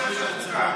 הפנים.